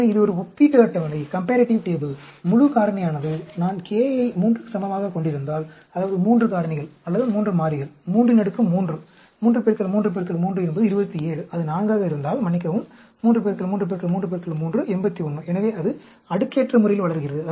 எனவே இது ஒரு ஒப்பீட்டு அட்டவணை முழு காரணியாலானது நான் k ஐ 3 க்கு சமமாகக் கொண்டிருந்தால் அதாவது 3 காரணிகள் அல்லது 3 மாறிகள் 33 3 3 3 என்பது 27 அது 4 ஆக இருந்தால் மன்னிக்கவும் 3 3 3 3 81 எனவே அது அடுக்கேற்ற முறையில் வளர்கிறது